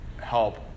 help